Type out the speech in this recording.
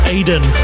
Aiden